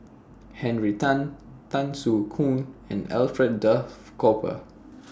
Henry Tan Tan Soo Khoon and Alfred Duff Cooper